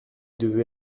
devez